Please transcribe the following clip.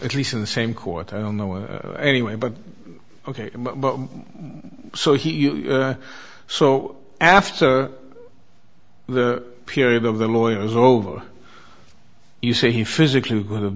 at least in the same court i don't know of any way but ok so he so after the period of the lawyers over you say he physically good have